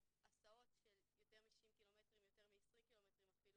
הסעות של יותר מ-60 ק"מ, יותר מ-20 ק"מ אפילו,